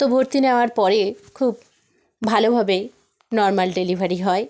তো ভর্তি নেওয়ার পরে খুব ভালোভাবে নরমাল ডেলিভারি হয়